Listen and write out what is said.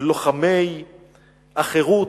מלוחמי החירות,